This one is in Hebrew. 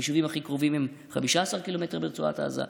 היישובים הכי קרובים הם 15 ק"מ מרצועת עזה.